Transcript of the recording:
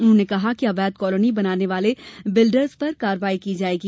उन्होंने कहा कि अवैध कालोनी बनाने वाले बिल्डरों पर कार्यवाही होगी